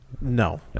No